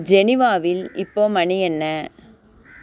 ஜெனிவாவில் இப்போது மணி என்ன